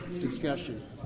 discussion